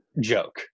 joke